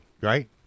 Right